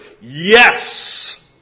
Yes